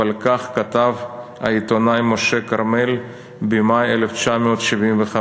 ועל כך כתב העיתונאי משה כרמל במאי 1975: